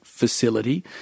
facility